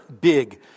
big